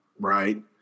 right